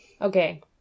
Okay